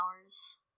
hours